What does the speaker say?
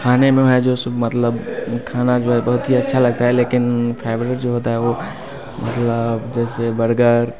खाने में मैं जो सब मतलब खाना जो है बहुत ही अच्छा लगता है लेकिन फाइवरिट जो होता है वो मतलब जैसे बर्गर